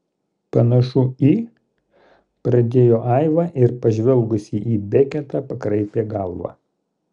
panašu į pradėjo aiva ir pažvelgusi į beketą pakraipė galvą